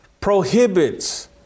prohibits